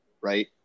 right